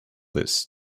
this